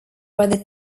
whether